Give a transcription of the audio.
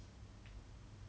the admin mod ya